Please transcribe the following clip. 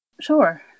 Sure